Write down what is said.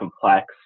complex